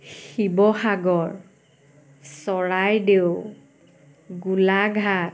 Sivasagar Charaideo Golaghat